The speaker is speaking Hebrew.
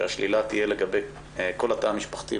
שהשלילה תהיה לגבי כל התא המשפחתי,